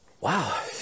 wow